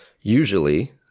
usually